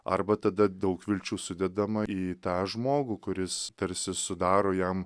arba tada daug vilčių sudedama į tą žmogų kuris tarsi sudaro jam